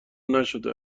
نشده